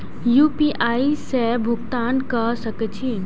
UPI से भुगतान क सके छी?